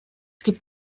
gibt